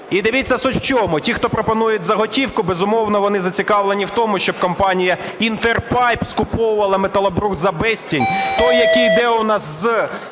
І дивіться, суть в чому? Ті хто пропонують за готівку, безумовно, вони зацікавлені в тому, щоб компанія "Інтерпайп" скуповувала металобрухт за безцінь, той, який іде у нас з